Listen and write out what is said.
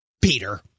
Peter